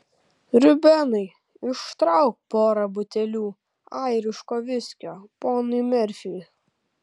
rubenai ištrauk porą butelių airiško viskio ponui merfiui